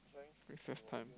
recess time